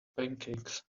pancakes